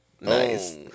Nice